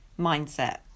mindset